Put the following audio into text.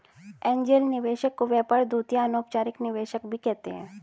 angel निवेशक को व्यापार दूत या अनौपचारिक निवेशक भी कहते हैं